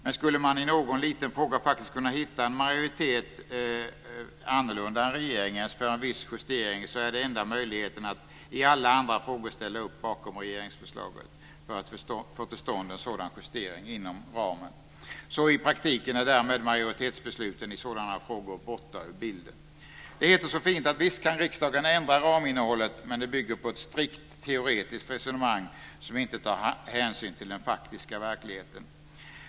Men skulle man i någon liten fråga faktiskt kunna hitta en majoritet som är annorlunda än regeringens för en viss justering är den enda möjligheten att i alla andra frågor ställa upp bakom regeringsförslaget för att få till stånd en sådan justering inom ramen. I praktiken är därmed majoritetsbesluten i sådana frågor borta ur bilden. Det heter så fint att visst kan riksdagen ändra raminnehållet, men det bygger på ett strikt teoretiskt resonemang som inte tar hänsyn till den faktiska verkligheten.